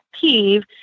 peeve